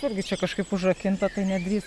irgi čia kažkaip užrakinta tai nedrįs